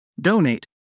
donate